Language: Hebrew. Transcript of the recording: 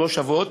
לא שוות.